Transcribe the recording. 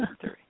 three